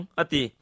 ati